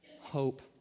hope